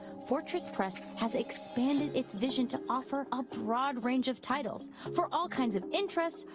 fortress press has expanded its vision to offer a broad range of titles for all kinds of interests,